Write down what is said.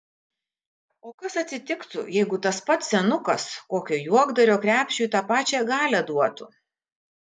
o kas atsitiktų jeigu tas pats senukas kokio juokdario krepšiui tą pačią galią duotų